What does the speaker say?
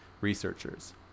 researchers